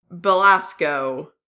Belasco